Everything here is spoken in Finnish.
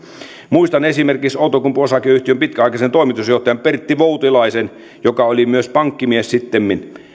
muistan esimerkiksi outokumpu oyn pitkäaikaisen toimitusjohtajan pertti voutilaisen joka oli myös pankkimies sittemmin